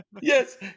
Yes